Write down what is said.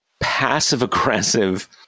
passive-aggressive